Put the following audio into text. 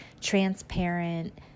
transparent